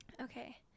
Okay